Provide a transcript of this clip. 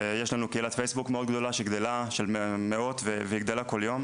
יש לנו קהילת פייסבוק מאוד גדולה שגדלה של מאות והיא גדלה כל יום.